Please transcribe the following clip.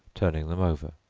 turning them over